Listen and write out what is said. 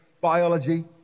biology